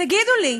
תגידו לי.